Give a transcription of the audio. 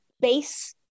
base